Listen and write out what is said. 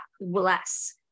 less